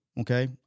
Okay